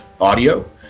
audio